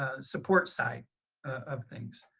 ah support side of things.